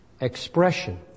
expression